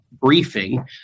briefing